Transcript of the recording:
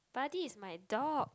Buddy is my dog